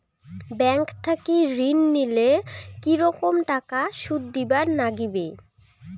Bank থাকি ঋণ নিলে কি রকম টাকা সুদ দিবার নাগিবে?